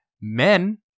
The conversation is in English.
men